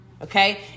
Okay